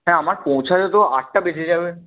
হ্যাঁ আমার পৌঁছতে তো আটটা বেজে যাবে